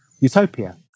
utopia